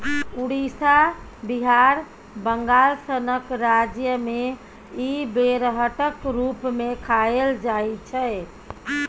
उड़ीसा, बिहार, बंगाल सनक राज्य मे इ बेरहटक रुप मे खाएल जाइ छै